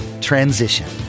transition